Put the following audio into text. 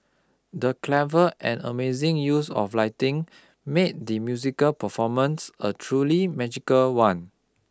the clever and amazing use of lighting made the musical performance a truly magical one